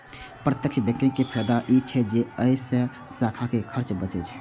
प्रत्यक्ष बैंकिंग के फायदा ई छै जे अय से शाखा के खर्च बचै छै